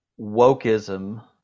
wokeism